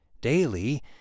Daily